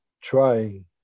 trying